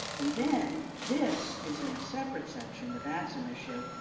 and then this is in a separate section, the batson issue,